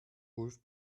ulf